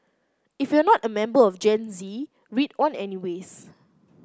if you're not a member of Gen Z read on any ways